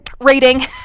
rating